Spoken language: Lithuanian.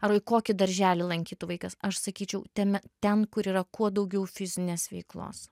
ar kokį darželį lankytų vaikas aš sakyčiau ten ten kur yra kuo daugiau fizinės veiklos